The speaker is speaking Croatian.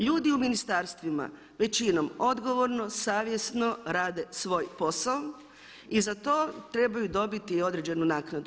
Ljudi u ministarstvima većinom odgovorno, savjesno rade svoj posao i za to trebaju dobiti određenu naknadu.